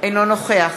אינו נוכח